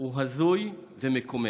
הזוי ומקומם.